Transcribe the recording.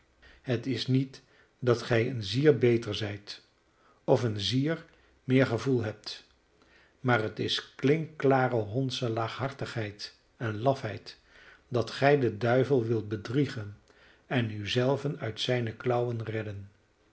het is niet dat gij een zier beter zijt of een zier meer gevoel hebt maar het is klinkklare hondsche laaghartigheid en lafheid dat gij den duivel wilt bedriegen en u zelven uit zijne klauwen redden